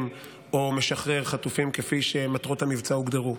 או משחרר חטופים כפי שמטרות המבצע הוגדרו,